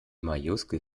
majuskel